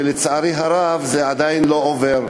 ולצערי הרב זה עדיין לא עובר.